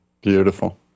Beautiful